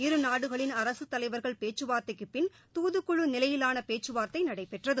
இரு நாடுகளின் அரசுத் தலைவர்கள் பேச்சுவார்த்தைக்கு பின் தூதுக்குழு நிலையிலான பேச்சுவார்த்தை நடைபெற்றது